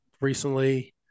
recently